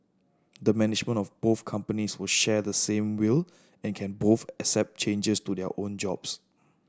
the management of both companies will share the same will and can both accept changes to their own jobs